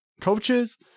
Coaches